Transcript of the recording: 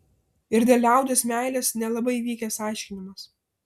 ir dėl liaudies meilės nelabai vykęs aiškinimas